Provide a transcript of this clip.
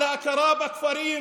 על ההכרה בכפרים,